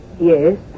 Yes